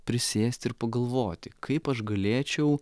prisėsti ir pagalvoti kaip aš galėčiau